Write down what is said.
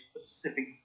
specific